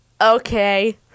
Okay